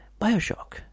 Bioshock